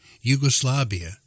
Yugoslavia